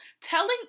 telling